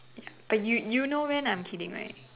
but you you know when I'm kidding right